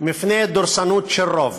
מפני דורסנות של רוב.